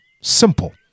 Simple